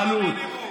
העלות.